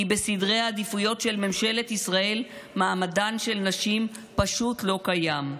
כי בסדרי העדיפויות של ממשלת ישראל מעמדן של נשים פשוט לא קיים.